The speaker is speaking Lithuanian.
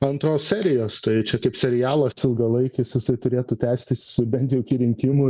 antros serijos tai čia kaip serialas ilgalaikis jisai turėtų tęstis bent jau iki rinkimų